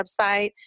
website